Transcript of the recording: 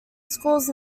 schools